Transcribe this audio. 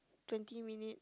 twenty minute